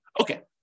Okay